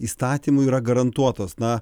įstatymu yra garantuotos na